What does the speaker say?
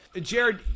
Jared